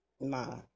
ma